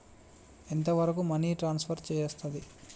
ఎంత వరకు money transfer చేయస్తది?